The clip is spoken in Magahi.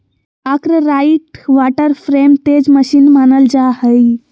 आर्कराइट वाटर फ्रेम तेज मशीन मानल जा हई